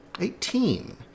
Eighteen